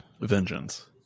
Vengeance